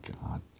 god